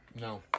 No